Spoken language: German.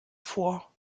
vor